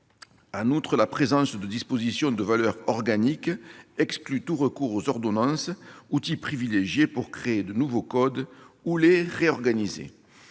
En outre, la présence de dispositions de valeur organique exclut tout recours aux ordonnances, outil privilégié pour créer de nouveaux codes ou les réorganiser.